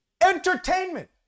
entertainment